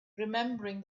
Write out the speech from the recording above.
remembering